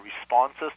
responses